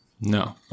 No